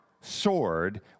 sword